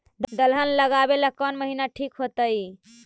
दलहन लगाबेला कौन महिना ठिक होतइ?